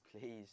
please